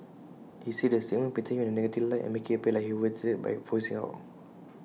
he said the statement painted him in A negative light and make IT appear like he overreacted by voicing out